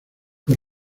por